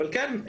אבל כן,